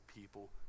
people